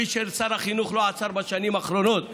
כפי ששר החינוך לא עצר בשנים האחרונות בהזרמה,